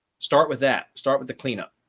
start with that start with the cleanup.